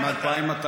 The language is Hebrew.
כמה הם בארץ?